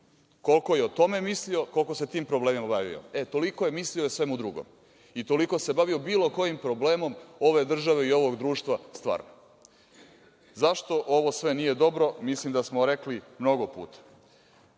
Koliko je o tome mislio, koliko se tim problemima bavio, e, toliko je mislio i o svemu drugom i toliko se bavio bilo kojim problemom ove države i ovog društva stvarno.Zašto ovo sve nije dobro, mislim da smo rekli mnogo puta.